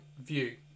view